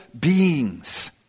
beings